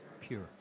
Pure